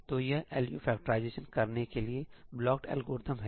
तो यह LU factorization करने के लिए ब्लॉक्ड एल्गोरिथ्म है